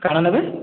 କା'ଣା ନେବେ